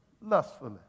lustfully